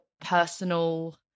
personal